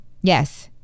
yes